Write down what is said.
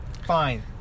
Fine